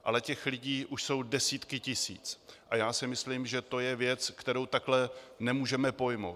Ale těch lidí už jsou desítky tisíc a já si myslím, že to je věc, kterou takhle nemůžeme pojmout.